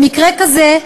במקרה כזה,